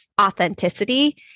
authenticity